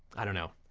i don't know.